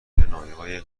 کنایههای